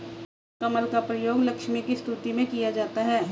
कमल का प्रयोग लक्ष्मी की स्तुति में किया जाता है